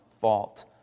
fault